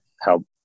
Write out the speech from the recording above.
help